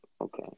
Okay